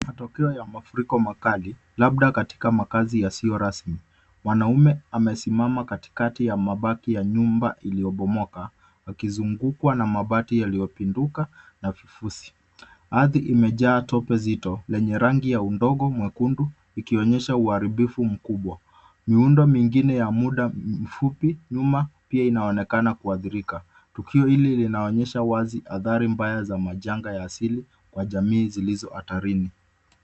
Matokeo ya mafuriko makali labda katika makazi yasiyo rasmi, mwanaume amesimama katikati ya mabati ya nyumba iliyobomoka wakizungukwa na mabati yaliyopinduka na vifusi, ardhi imejaa tope zito lenye rangi ya udongo mwekundu ikionyesha uharibifu mkubwa ,miundo mingine ya muda mfupi nyuma pia inaonekana kuathirika tukio hili linaonyesha wazi athari mbaya za majanga ya asili wa jamii zilizo hatarini.